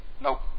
Nope